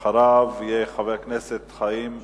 אחריו, חבר הכנסת חיים אורון.